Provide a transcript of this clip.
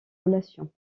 relation